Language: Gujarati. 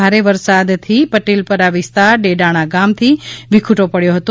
ભારે વરસાદથી પટેલપરા વિસ્તાર ડેડાણ ગામથી વિખૂટો પડ્યો હતો